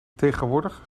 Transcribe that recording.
tegenwoordig